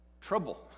trouble